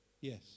Yes